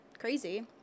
crazy